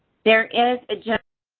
there is a general